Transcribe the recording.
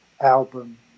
album